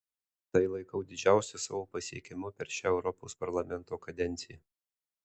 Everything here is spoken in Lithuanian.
tai laikau didžiausiu savo pasiekimu per šią europos parlamento kadenciją